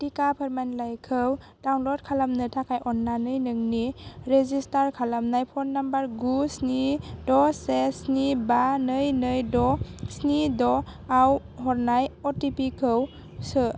टिका फोरमानलाइखौ डाउनल'ड खालामनो थाखाय अन्नानै नोंनि रेजिसटार खालामनाय फ'न नम्बर गु स्नि द' से स्नि बा नै नै द' स्नि द'आव हरनाय अ टि पि खौ सो